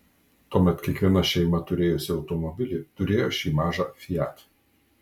tuomet kiekviena šeima turėjusi automobilį turėjo šį mažą fiat